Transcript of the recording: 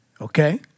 Okay